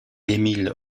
émile